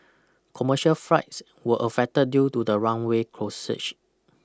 commercial flight were affected due to the runway